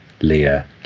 Leah